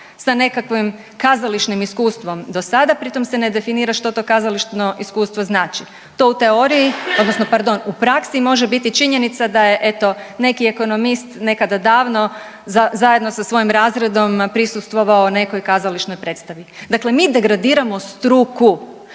sa nekakvim kazališnim iskustvom dosada pri tom se ne definira što to kazališno iskustvo znači. To u teoriji odnosno pardon u praksi može biti činjenica da je eto neki ekonomist nekada davno zajedno sa svojim razredom prisustvovao nekoj kazališnoj predstavi, dakle mi degradiramo struku,